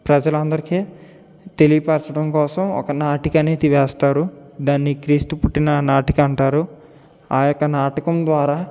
ప్రజలందరికీ తెలియపరచడం కోసం ఒక నాటిక అనేది వేస్తారు దాన్ని క్రీస్తు పుట్టిన నాటిక అంటారు ఆ యొక్క నాటకం ద్వారా